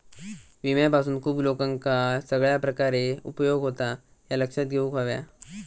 विम्यापासून खूप लोकांका सगळ्या प्रकारे उपयोग होता, ह्या लक्षात घेऊक हव्या